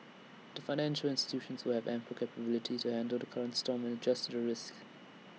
the financial institutions will have ample capability to handle the current storm and adjust to the risks